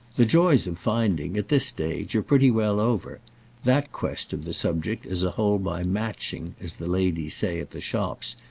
the joys of finding, at this stage, are pretty well over that quest of the subject as a whole by matching, as the ladies say at the shops,